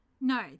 No